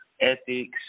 ethics